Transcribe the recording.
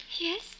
Yes